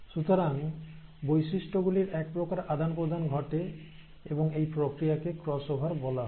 সুতরাং বৈশিষ্ট্যগুলির এক প্রকার আদান প্রদান ঘটে এবং এই প্রক্রিয়াকে ক্রসওভার বলা হয়